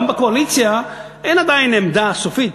גם בקואליציה אין עדיין עמדה סופית.